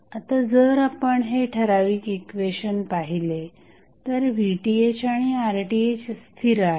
आता जर आपण हे ठराविक इक्वेशन पाहिले तर VThआणि RTh स्थिर आहेत